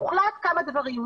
הוחלט כמה דברים.